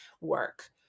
work